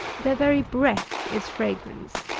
their very breath is fragrance.